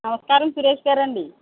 నమస్కారం సురేష్ గారు అండి